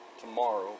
tomorrow